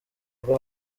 rwo